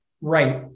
Right